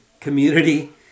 community